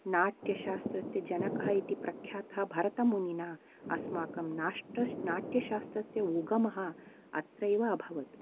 नाट्यशास्त्रस्य जनकः इति प्रख्यात भरतमुनिना अस्माकं नाश्ट नाट्यशास्त्रस्य उद्गमः अत्रैव अभवत्